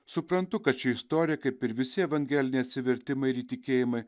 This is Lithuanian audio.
suprantu kad ši istorija kaip ir visi evangelijniai atsivertimai ir įtikėjimai